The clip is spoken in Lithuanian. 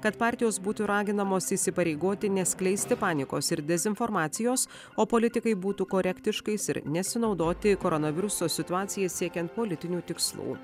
kad partijos būtų raginamos įsipareigoti neskleisti panikos ir dezinformacijos o politikai būtų korektiškais ir nesinaudoti koronaviruso situacija siekiant politinių tikslų